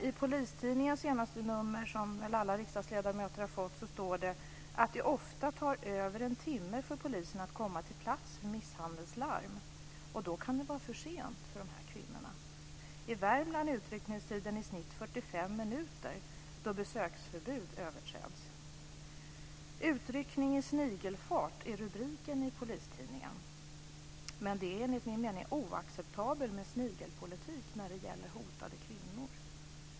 I det senaste numret av Polistidningen, som väl alla riksdagsledamöter har fått, står det att det ofta tar över en timme för polisen att komma till platsen vid misshandelslarm, och då kan det vara för sent för de här kvinnorna. I Värmland är utryckningstiden i snitt 45 minuter då besöksförbud överträds. Utryckning i snigelfart, är rubriken i Polistidningen. Det är enligt min mening oacceptabelt med snigelpolitik när det gäller hotade kvinnor.